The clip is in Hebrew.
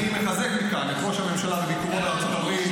אני מחזק מכאן את ראש הממשלה בביקורו בארצות הברית.